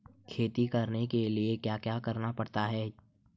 खेती करने के लिए क्या क्या करना पड़ता है?